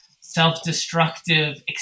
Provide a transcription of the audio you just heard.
self-destructive